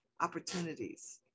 opportunities